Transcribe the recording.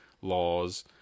laws—